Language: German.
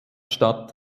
statt